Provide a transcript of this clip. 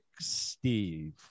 Steve